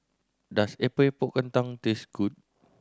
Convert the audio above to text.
does Epok Epok Kentang taste good